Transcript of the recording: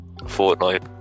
Fortnite